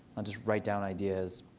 i'll just write down ideas.